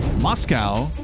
Moscow